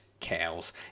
cows